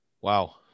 Wow